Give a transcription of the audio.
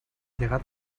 llegat